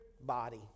body